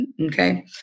Okay